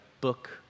book